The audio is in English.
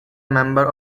member